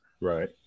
right